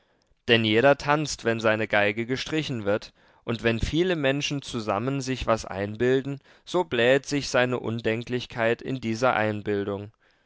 denn jeder tanzt wenn seine geige gestrichen wird und wenn viele menschen zusammen sich was einbilden so blähet sich eine unendlichkeit in dieser einbildung